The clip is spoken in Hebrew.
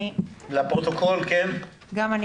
גם אני